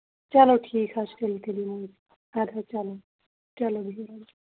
چلو ٹھیٖک حظ چھُ تیٚلہِ یِمو اَدٕ حظ چلو چلو بِہِو رۄبَس